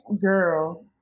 girl